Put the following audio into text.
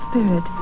spirit